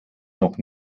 noch